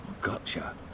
Gotcha